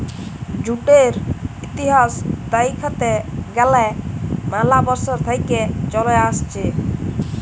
জুটের ইতিহাস দ্যাখতে গ্যালে ম্যালা বসর থেক্যে চলে আসছে